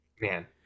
Man